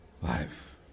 life